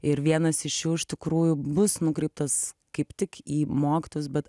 ir vienas iš jų iš tikrųjų bus nukreiptas kaip tik į mokytojus bet